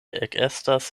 ekestas